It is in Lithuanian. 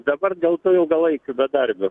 dabar dėl tų ilgalaikių bedarbių